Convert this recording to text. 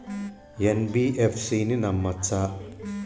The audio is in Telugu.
ఎన్.బి.ఎఫ్.సి ని నమ్మచ్చా?